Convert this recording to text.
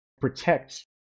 protect